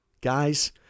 guys